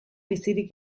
bizirik